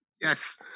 Yes